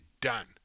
done